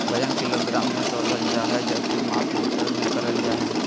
वजन किलोग्राम मे तौलल जा हय जबकि माप लीटर मे करल जा हय